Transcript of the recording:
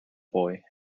boy